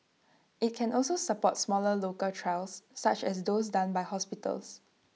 IT can also support smaller local trials such as those done by hospitals